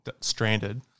stranded